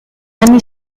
anni